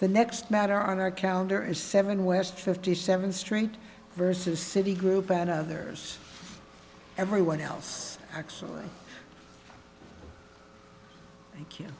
the next matter on our calendar is seven west fifty seventh street versus citi group and others everyone else actually thank you